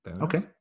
Okay